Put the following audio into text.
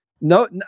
no